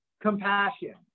Compassion